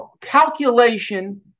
calculation